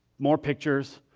more pictures.